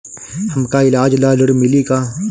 हमका ईलाज ला ऋण मिली का?